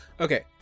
Okay